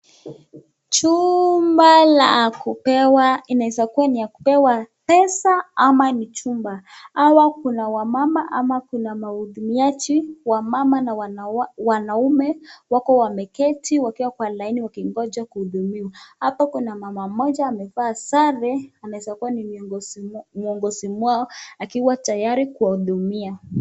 Chumba ya kupewa inaeza kua ya kupewa pesa ama ni chumba, kuna wamama ama wahudumiaji wamama na wanaume wako wameketi wakiwa kwa laini wakingoja kuna wuhudumiaji kuna mama mmoja amevaa sare akiwa tayari kuwa hudumia